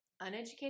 uneducated